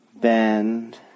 bend